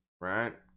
right